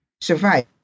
survive